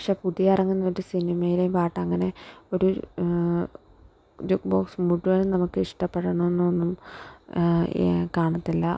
പക്ഷേ പുതിയ ഇറങ്ങുന്നൊരു സിനിമേലെ പാട്ടങ്ങനെ ഒരു നമുക്കിഷ്ടപ്പെടോന്നൊന്നും കാണത്തില്ല